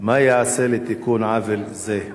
3. מה ייעשה לתיקון עוול זה?